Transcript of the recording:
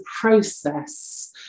process